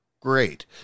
Great